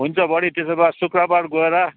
हुन्छ बडी त्यसो भए शुक्रवार गएर